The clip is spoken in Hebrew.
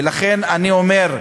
ולכן, אני אומר,